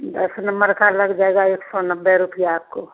दस नम्बर का लग जाएगा एक सौ नब्बे रुपया आपको